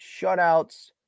shutouts